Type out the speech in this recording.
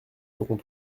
seront